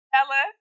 Ella